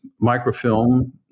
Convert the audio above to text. microfilm